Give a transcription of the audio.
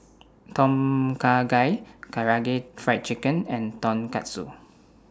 Tom Kha Gai Karaage Fried Chicken and Tonkatsu